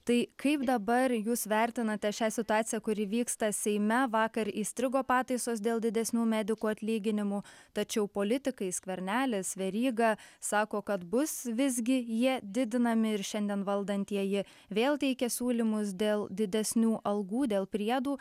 tai kaip dabar jūs vertinate šią situaciją kuri vyksta seime vakar įstrigo pataisos dėl didesnių medikų atlyginimų tačiau politikai skvernelis veryga sako kad bus visgi jie didinami ir šiandien valdantieji vėl teikia siūlymus dėl didesnių algų dėl priedų